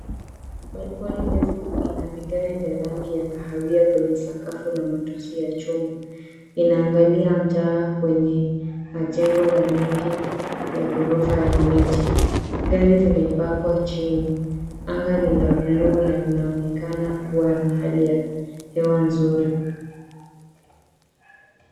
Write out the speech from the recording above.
Balcony ndefu ina vigae vya rangi ya kahawia kwenye sakafu na matusi ya chuma. Inaangalia mtaa wenye majengo na mengi ya ghorofa na miti. Gari zimepakwa chini. Anga ni la buluu na linaonekana kuwa na hali ya hewa nzuri.